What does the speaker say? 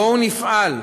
בואו נפעל,